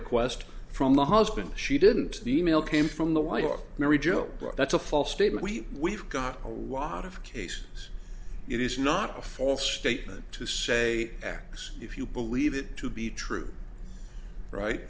request from the husband she didn't e mail came from the white or mary joe that's a false statement we've got a lot of cases it is not a false statement to say x if you believe it to be true right